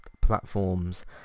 platforms